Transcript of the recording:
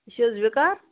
یہِ چھےٚ حظ وِکاس